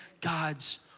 God's